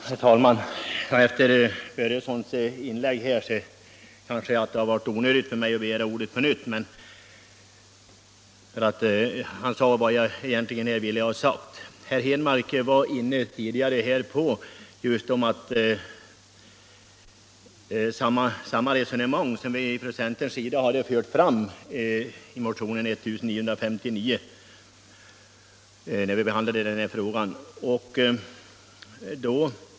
Herr talman! Efter inlägget av herr Börjesson i Falköping hade det kanske varit onödigt att begära ordet på nytt eftersom han sade vad jag egentligen ville ha sagt. Herr Henmark var tidigare inne på samma resonemang som vi från centerns sida fört fram i motionen 1959.